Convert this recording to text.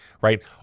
right